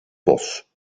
bos